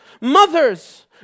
mothers